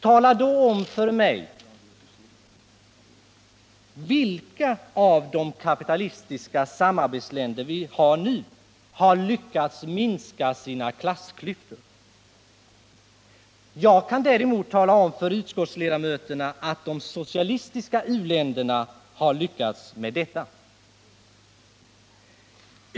Tala då om för mig vilka av de nuvarande kapitalistiska samarbetsländerna som har lyckats minska sina klassklyftor! Jag kan tala om för utskottsledamöterna att de socialistiska u-länderna har lyckats med detta.